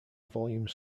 volume